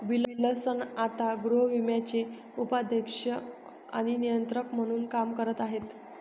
Wilson आता गृहविम्याचे उपाध्यक्ष आणि नियंत्रक म्हणून काम करत आहेत